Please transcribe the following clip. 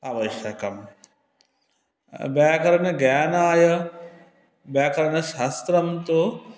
आवश्यकं व्याकरणज्ञानाय व्याकरणशास्त्रं तु